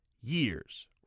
years